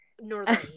Northern